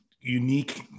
unique